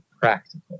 practical